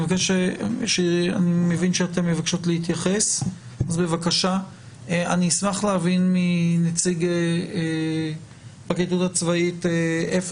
אני אשמח להבין מנציג הפרקליטות הצבאית איפה